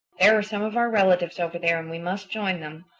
there are some of our relatives over there and we must join them.